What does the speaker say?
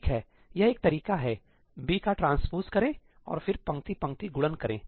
ठीक है यह एक तरीका है B का ट्रांसपोज करें और फिर पंक्ति पंक्ति गुणन करें